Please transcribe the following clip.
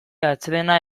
atsedena